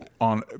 on